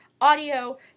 audio